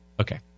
Okay